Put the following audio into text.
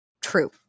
true